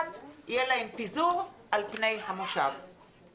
יהיה להם פיזור על פני המושב כמו מי שלא הגיע ל-1.